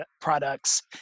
products